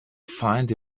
find